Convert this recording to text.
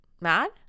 Mad